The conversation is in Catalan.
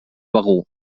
begur